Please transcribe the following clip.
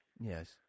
Yes